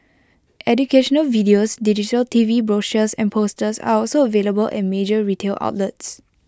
educational videos digital T V brochures and posters are also available at major retail outlets